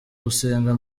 gusenga